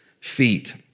feet